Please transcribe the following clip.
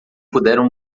puderam